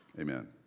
amen